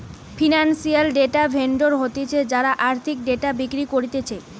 financial data vendor হতিছে যারা আর্থিক ডেটা বিক্রি করতিছে